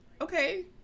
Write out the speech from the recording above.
okay